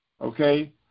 okay